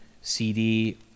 CD